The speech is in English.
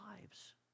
lives